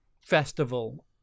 festival